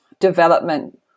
development